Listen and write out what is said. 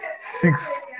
six